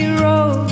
road